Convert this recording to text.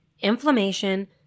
inflammation